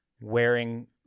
wearing